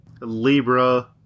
Libra